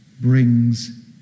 brings